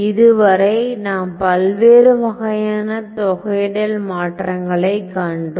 இதுவரை நாம் பல்வேறு வகையான தொகையிடல் மாற்றங்களைக் கண்டோம்